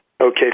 okay